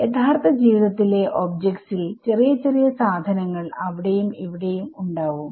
യഥാർത്ഥ ജീവിതത്തിലെ ഒബ്ജക്റ്റ്സിൽ ചെറിയ ചെറിയ സാധനങ്ങൾ അവിടെയും ഇവിടെയും ഉണ്ടാവും